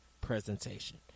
presentation